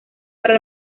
para